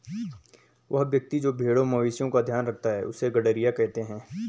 वह व्यक्ति जो भेड़ों मवेशिओं का ध्यान रखता है उससे गरेड़िया कहते हैं